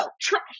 trash